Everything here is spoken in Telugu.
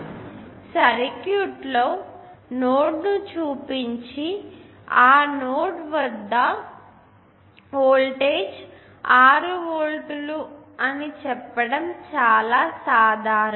ఇప్పుడు సర్క్యూట్లలో నోడ్ ను చూపించి మరియు ఆ నోడ్ వద్ద వోల్టేజ్ 6 వోల్ట్లు చెప్పడం చాలా సాధారణం